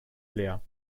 leer